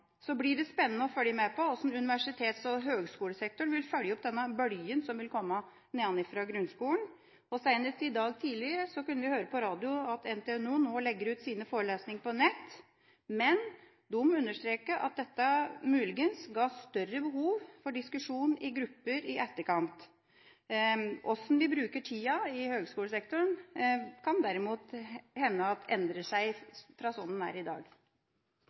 Så blir det spennende å følge med på hvordan universitets- og høgskolesektoren vil følge opp denne bølgen som vil komme nedenfra, fra grunnskolen. Senest i dag tidlig kunne vi høre på radio at NTNU nå legger ut sine forelesninger på nett, men de understreker at dette muligens fører til større behov for diskusjon i grupper i etterkant. Hvordan de bruker tida i høgskolesektoren, kan endre seg fra slik det er i dag.